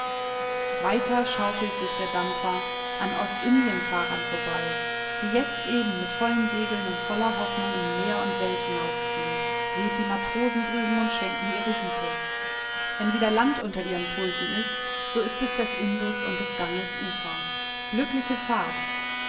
weiter schaufelt sich der dampfer an ostindienfahrern vorbei die jetzt eben mit vollen segeln und voller hoffnung in meer und welt hinausziehen seht die matrosen drüben und schwenken ihre hüte wenn wieder land unter ihren pulsen ist so ist es des indus oder des ganges ufer glückliche fahrt